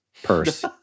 Purse